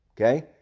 Okay